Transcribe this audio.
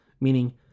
meaning